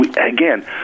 Again